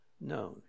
known